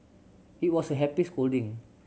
it was a happy scolding